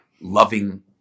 loving